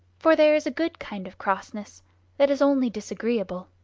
for there is a good kind of crossness that is only disagreeable,